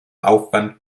aufwand